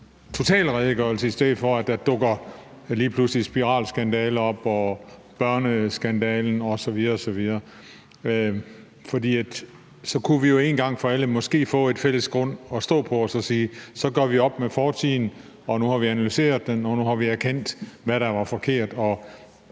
totalredegørelse, i stedet for at der lige pludselig dukker skandaler som spiralskandalen og børneskandalen osv. osv. op. For så kunne vi måske en gang for alle få en fælles grund at stå på og sige, at så gør vi op med fortiden – nu har vi analyseret den, og nu har vi erkendt, hvad der var forkert